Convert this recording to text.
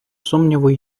сумніву